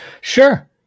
Sure